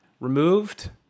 removed